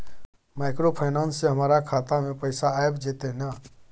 Microfinance से हमारा खाता में पैसा आबय जेतै न?